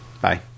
Bye